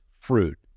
fruit